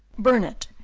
burn it,